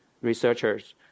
researchers